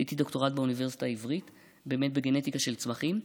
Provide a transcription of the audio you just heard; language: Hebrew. עשיתי דוקטורט באוניברסיטה העברית בגנטיקה של צמחים,